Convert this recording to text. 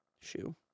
shoe